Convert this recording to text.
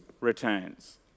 returns